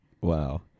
Wow